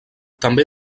també